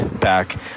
back